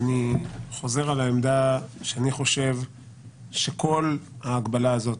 אני חוזר על העמדה שאני חושב שכל ההגבלה הזאת